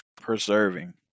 preserving